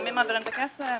למי מעבירים את הכסף?